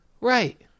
Right